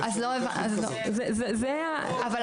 אז ההרשאה